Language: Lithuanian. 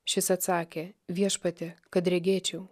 šis atsakė viešpatie kad regėčiau